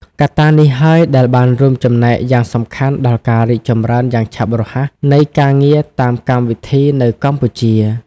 កត្តានេះហើយ ដែលបានរួមចំណែកយ៉ាងសំខាន់ដល់ការរីកចម្រើនយ៉ាងឆាប់រហ័សនៃការងារតាមកម្មវិធីនៅកម្ពុជា។